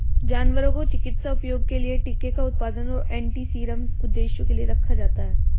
जानवरों को चिकित्सा उपयोग के लिए टीके का उत्पादन और एंटीसीरम उद्देश्यों के लिए रखा जाता है